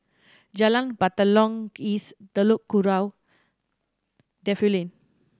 Jalan Batalong East Telok Kurau Defu Lane